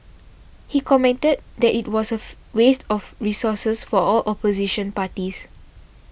he commented that it was a waste of resources for all opposition parties